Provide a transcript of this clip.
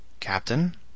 Captain